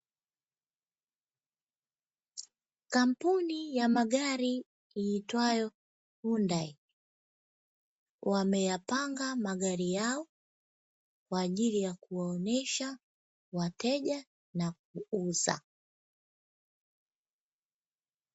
Kampuni ya magari iitwayo “hyundai” wameyapanga magari hayo kwa ajili ya kuwaonyesha wateja na kuuza.